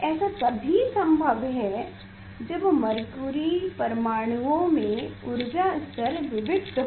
ऐसा तभी संभव है जब मरक्युरि परमाणुओं में ऊर्जा स्तर विविक्त्त हों